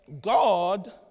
God